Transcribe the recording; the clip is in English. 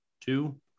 Two